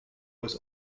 was